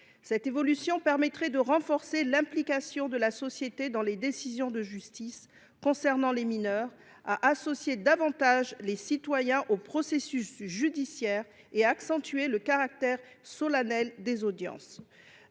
Cette évolution permettrait de renforcer l’implication de la société dans les décisions de justice concernant les mineurs, en associant davantage les citoyens au processus judiciaire. Elle renforcerait, en outre, le caractère solennel des audiences.